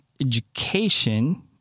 education